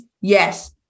Yes